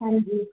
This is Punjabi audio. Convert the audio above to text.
ਹਾਂਜੀ